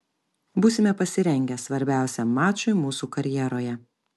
būsime pasirengę svarbiausiam mačui mūsų karjeroje